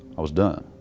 i was done.